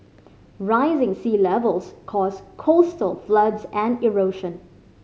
rising sea levels cause coastal floods and erosion